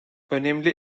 önemli